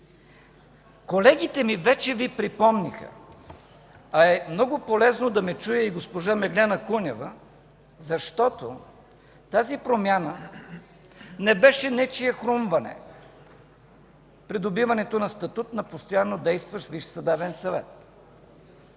Колегите ми вече Ви припомниха, а е много полезно да ме чуе и госпожа Меглена Кунева, защото тази промяна не беше нечие хрумване – придобиването на статут на постоянно действащ Висш съдебен съвет.